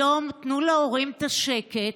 היום תנו להורים את השקט,